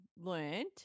learned